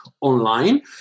online